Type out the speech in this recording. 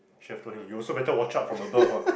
should have told him you also better watch out from above ah